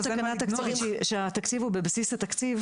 שיש תקנה תקציבית שהתקציב הוא בבסיס התקציב,